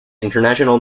international